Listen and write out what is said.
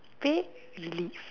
pay you leave